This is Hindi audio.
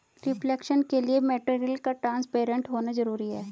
रिफ्लेक्शन के लिए मटेरियल का ट्रांसपेरेंट होना जरूरी है